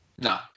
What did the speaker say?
No